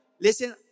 Listen